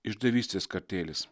išdavystės kartėlis